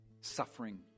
Suffering